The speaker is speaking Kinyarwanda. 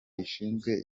rishinzwe